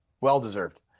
Well-deserved